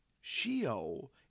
Sheol